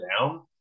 down